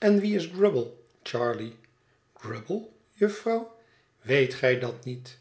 zeide wie is grubble charley grubble jufvrouw weet gij dat niet